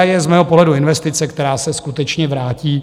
DIA je z mého pohledu investice, která se skutečně vrátí.